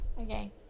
Okay